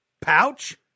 Pouch